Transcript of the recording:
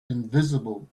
invisible